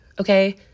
okay